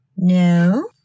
No